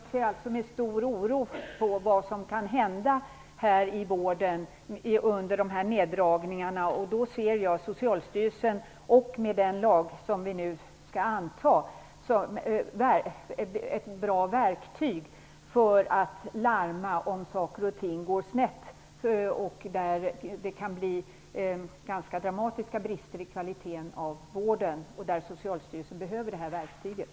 Fru talman! Jag ser alltså med stor oro på vad som kan hända inom vården under dessa neddragningar. Då ser jag den lag som vi nu skall anta som ett bra verktyg för Socialstyrelsen att larma om saker och ting går snett och det kan bli ganska dramatiska brister i kvaliteten av vården. Socialstyrelsen behöver då det här verktyget.